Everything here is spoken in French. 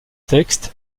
texte